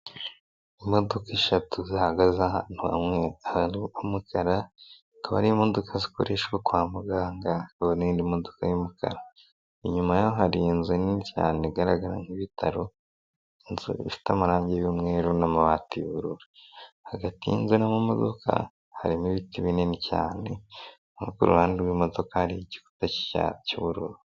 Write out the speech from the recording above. Imodoka eshatu zihagaze ahantu hamwe ahantu h'umukara, zikaba ari imodoka zikoreshwa kwa muganga, hakaba n'indi modoka y'umukara, inyuma yaho hari inzu nziza igaragara nk'ibitaro. Inzu ifite amarangi y'umweru na'amabati y'ubururu hagati y'inzu n'amamodoka harimo ibiti binini cyane ahoku ruhande rwimodoka hari igikuta cy'ubururu.